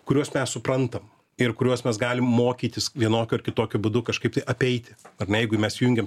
kuriuos mes suprantam ir kuriuos mes galim mokytis vienokiu ar kitokiu būdu kažkaip tai apeiti ar ne jeigu mes jungiam